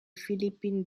philippines